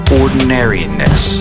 ordinariness